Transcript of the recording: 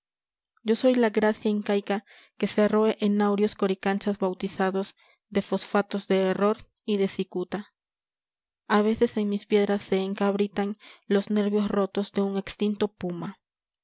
yo soy la gracia incaica que se roe en áureos coricanchas bautizados de fosfatos de error y de cicuta a veces en mis piedras se encabritan los nervios rotos de un extinto puma